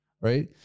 right